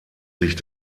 sich